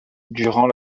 durant